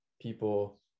people